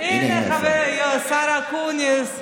הינה, השר אקוניס,